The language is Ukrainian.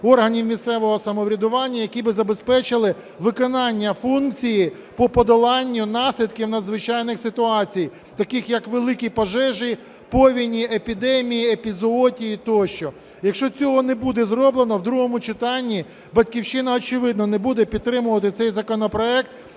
органів місцевого самоврядування, які би забезпечили виконання функції по подоланню наслідків надзвичайних ситуацій, таких як великі пожежі, повені, епідемії, епізоотії тощо. Якщо цього не буде зроблено в другому читанні, "Батьківщина", очевидно, не буде підтримувати цей законопроект,